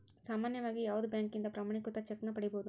ಸಾಮಾನ್ಯವಾಗಿ ಯಾವುದ ಬ್ಯಾಂಕಿನಿಂದ ಪ್ರಮಾಣೇಕೃತ ಚೆಕ್ ನ ಪಡಿಬಹುದು